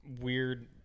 weird